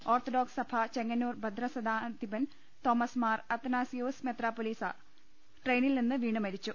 orthodox സഭൂച്ചെങ്ങന്നൂർ ഭദ്രാസനാധിപൻ Thomas മാർ അത്തനാസിയോസ് മെത്രാപ്പോലീത്ത ട്രെയിനിൽ നിന്ന് വീണ് മരിച്ചു